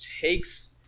takes